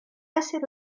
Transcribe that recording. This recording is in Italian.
essere